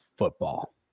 Football